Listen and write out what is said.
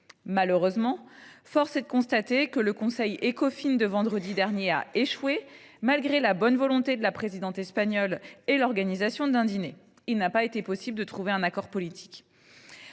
Malheureusement, force est de constater que le conseil Écofin de vendredi dernier a échoué, malgré la bonne volonté de la présidente espagnole… et l’organisation d’un dîner. Il n’a pas été possible de trouver un accord politique.